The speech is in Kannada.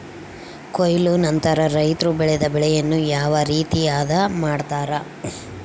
ಕೊಯ್ಲು ನಂತರ ರೈತರು ಬೆಳೆದ ಬೆಳೆಯನ್ನು ಯಾವ ರೇತಿ ಆದ ಮಾಡ್ತಾರೆ?